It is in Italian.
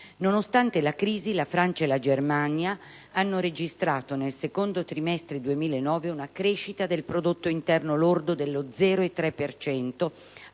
Nonostante la crisi, la Francia e la Germania hanno registrato nel secondo trimestre 2009 una crescita del prodotto interno lordo dello 0,3